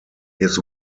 his